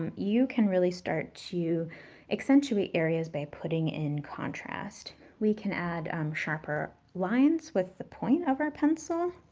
um you can really start to accentuate areas by putting in contrast. we can add um sharper lines with the point of our pencil,